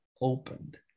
opened